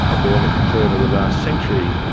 born at the turn of the last century,